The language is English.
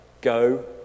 go